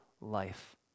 life